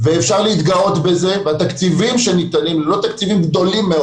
אפשר להתגאות בזה והתקציבים שניתנים הם לא תקציבים גדולים,